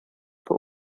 for